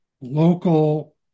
local